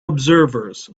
observers